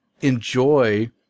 enjoy